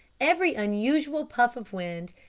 every unusual puff of wind,